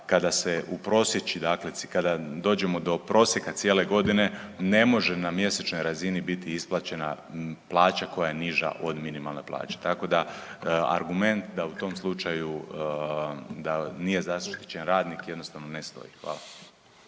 se ne razumije./... dakle kada dođemo do prosjeka cijele godine, ne može na mjesečnoj razini biti isplaćena plaća koja je niža od minimalne plaće. Tako da, argument da u tom slučaju, da nije zaštićen radnik jednostavno ne stoji. Hvala.